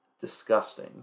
disgusting